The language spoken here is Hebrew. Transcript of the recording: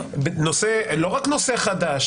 לא רק נושא חדש,